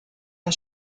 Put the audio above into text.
der